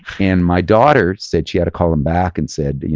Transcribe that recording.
and my daughter said she had to call him back and said, yeah